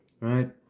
right